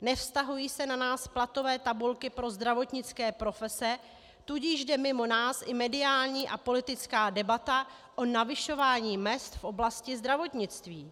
Nevztahují se na nás platové tabulky pro zdravotnické profese, tudíž jde mimo nás i mediální a politická debata o navyšování mezd v oblasti zdravotnictví.